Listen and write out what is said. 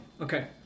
Okay